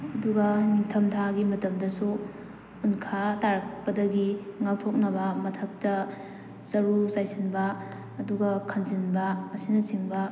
ꯑꯗꯨꯒ ꯅꯤꯡꯊꯝꯊꯥꯒꯤ ꯃꯇꯝꯗꯁꯨ ꯎꯟꯈꯥ ꯇꯥꯔꯛꯄꯗꯒꯤ ꯉꯥꯛꯊꯣꯛꯅꯕ ꯃꯊꯛꯇ ꯆꯔꯨ ꯆꯥꯏꯁꯤꯟꯕ ꯑꯗꯨꯒ ꯈꯟꯖꯤꯟꯕ ꯑꯁꯤꯅꯆꯤꯡꯕ